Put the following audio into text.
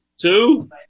Two